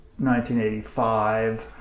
1985